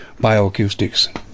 bioacoustics